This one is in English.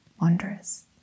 wondrous